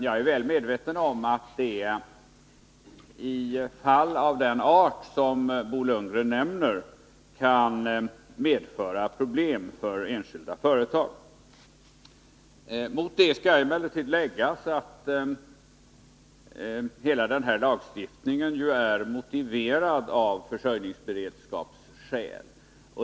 Jag är väl medveten om att det i fall av den art Bo Lundgren nämner kan medföra problem för enskilda företag. Mot detta skall emellertid sägas att hela denna lagstiftning är motiverad av försörjningsberedskapsskäl.